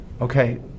Okay